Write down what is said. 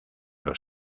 los